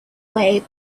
way